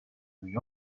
muy